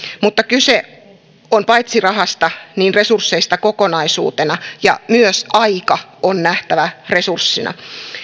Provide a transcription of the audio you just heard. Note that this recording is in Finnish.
mutta kyse on paitsi rahasta myös resursseista kokonaisuutena ja myös aika on nähtävä resurssina